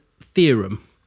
theorem